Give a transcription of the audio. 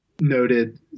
noted